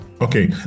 Okay